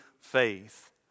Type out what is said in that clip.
faith